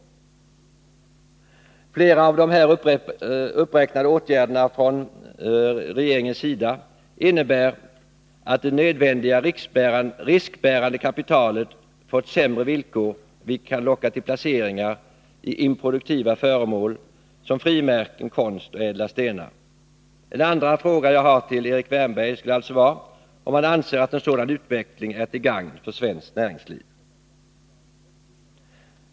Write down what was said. Flera av de uppräknade åtgärderna som vidtagits från regeringens sida innebär att det nödvändiga riskbärande kapitalet fått sämre villkor vilket kan locka till placeringar i improduktiva föremål som frimärken, konst och ädla stenar. En andra fråga jag har till Erik Wärnberg är alltså om han anser att en sådan utveckling är till gagn för svenskt näringsliv.